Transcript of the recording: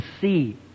see